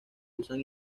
usan